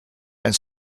and